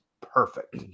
perfect